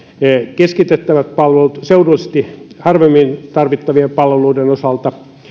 keskitettävät palvelut seudullisesti harvemmin tarvittavien palveluiden osalta